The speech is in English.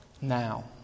now